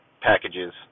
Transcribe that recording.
packages